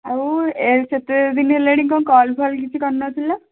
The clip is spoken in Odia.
ଆଉ ଏ ସେତେ ଦିନି ହେଲାଣି କ'ଣ କଲ୍ ଫଲ୍ କିଛି କରିନଥିଲ